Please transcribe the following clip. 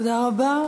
תודה רבה.